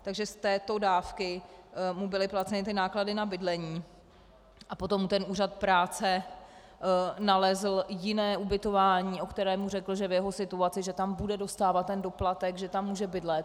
Takže z této dávky mu byly placeny náklady na bydlení a potom mu úřad práce nalezl jiné ubytování, o kterém mu řekl, že v jeho situaci, že tam bude dostávat ten doplatek, že tam může bydlet.